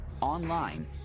online